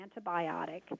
antibiotic